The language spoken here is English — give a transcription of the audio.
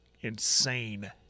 insane